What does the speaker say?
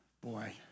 Boy